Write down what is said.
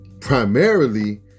Primarily